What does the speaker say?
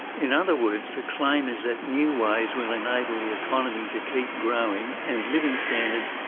in other words, the claim is that new ways will enable the economy to keep growing and living standards,